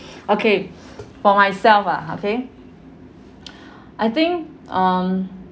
okay for myself ah okay I think um